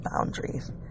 boundaries